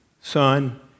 Son